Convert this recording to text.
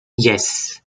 yes